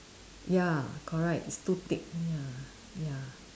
ya correct is too thick ya ya